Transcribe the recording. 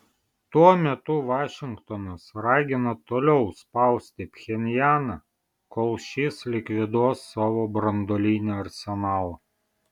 tuo metu vašingtonas ragina toliau spausti pchenjaną kol šis likviduos savo branduolinį arsenalą